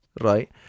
right